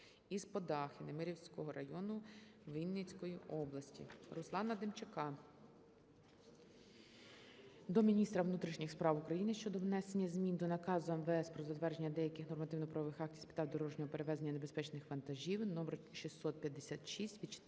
і Сподахи Немирівського району Вінницької області. Руслана Демчака до міністра внутрішніх справ України щодо внесення змін до Наказу МВС "Про затвердження деяких нормативно-правових актів з питань дорожнього перевезення небезпечних вантажів" № 656